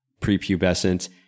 prepubescent